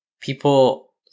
People